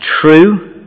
true